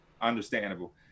understandable